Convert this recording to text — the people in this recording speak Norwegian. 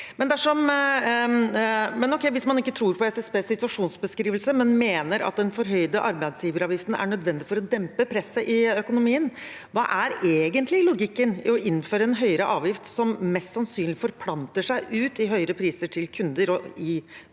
hvis man ikke tror på SSBs situasjonsbeskrivelse, men mener at den forhøyde arbeidsgiveravgiften er nødvendig for å dempe presset i økonomien, hva er egentlig logikken i å innføre en høyere avgift som mest sannsynlig forplanter seg ut i høyere priser til kunder og i